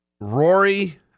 Rory